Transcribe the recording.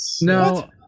No